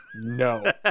No